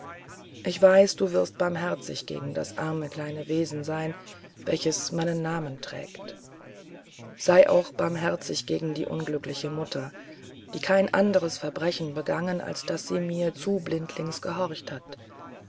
ich weiß du wirst barmherzig gegen das arme kleine wesen sein welches meinen namen trägt sei auch barmherzig gegen die unglückliche mutter die kein anderes verbrechen begangen als daß sie mir zu blindlings gehorcht hat